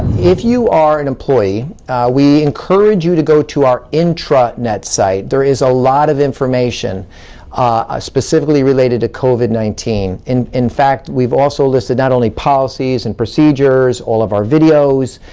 if you are an employee we encourage you to go our intranet site. there is a lot of information ah specifically related to covid nineteen. in in fact, we've also listed not only policies and procedures, all of our videos,